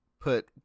put